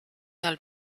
del